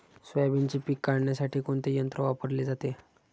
सोयाबीनचे पीक काढण्यासाठी कोणते यंत्र वापरले जाते?